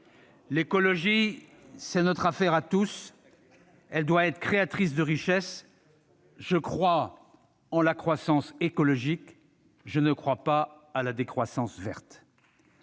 L'écologie, c'est notre affaire à tous. Elle doit être créatrice de richesses. Je crois en la croissance écologique, pas en la décroissance verte.